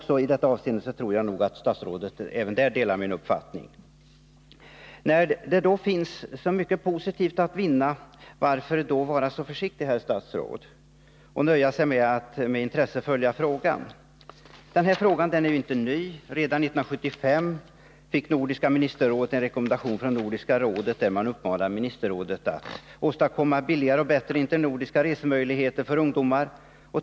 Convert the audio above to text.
Men även i detta avseende tror jag att statsrådet delar min uppfattning. När det finns så mycket positivt att vinna, varför då vara så försiktig, herr statsråd, och nöja sig med att med intresse följa frågan? Den här frågan är ju inte ny. Redan 1975 fick Nordiska ministerrådet en rekommendation från Nordiska rådet där man uppmanar ministerrådet att åstadkomma billigare och bättre internordiska resemöjligheter för ungdomar.